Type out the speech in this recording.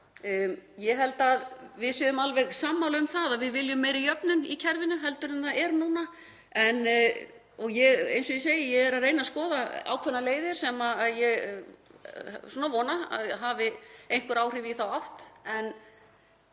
Ég held að við séum alveg sammála um að við viljum meiri jöfnun í kerfinu heldur en er núna og ég er að reyna að skoða ákveðnar leiðir sem ég vona að hafi einhver áhrif í þá átt. En